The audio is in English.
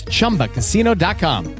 Chumbacasino.com